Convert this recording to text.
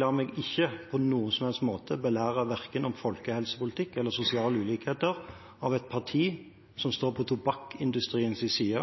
lar meg ikke på noen som helst måte belære verken om folkehelsepolitikk eller om sosiale ulikheter av et parti som står på tobakksindustriens side